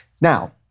Now